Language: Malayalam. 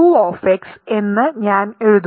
q എന്ന് ഞാൻ എഴുതുന്നു